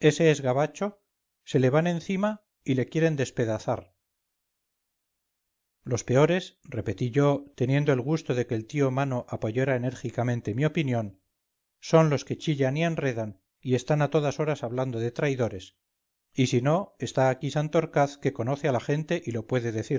gabacho se le van encima y le quieren despedazar los peores repetí yo teniendo el gusto de que el tío mano apoyara enérgicamente mi opinión son los que chillan y enredan y están a todas horas hablando de traidores y si no aquí está santorcaz que conoce a la gente y lo puede decir